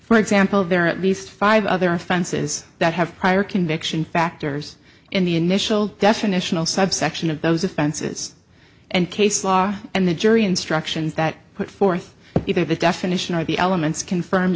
for example there are at least five other offenses that have prior conviction factors in the initial definitional subsection of those offenses and case law and the jury instructions that put forth either the definition of the elements confirmed